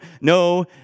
no